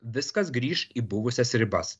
viskas grįš į buvusias ribas